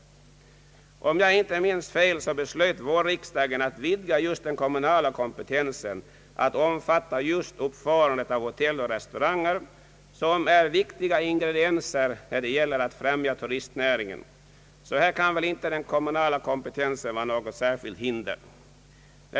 Om jag inte minns fel beslöt vårriksdagen att vidga just den kommunala kompetensen till att omfatta just uppförandet av hotell och restauranger, vilka är viktiga faktorer för främjande av turistnäringen. Här kan väl inte den kommunala kompetensen utgöra något hinder.